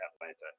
Atlanta